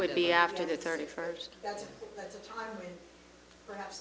would be after the thirty first time perhaps